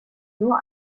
nur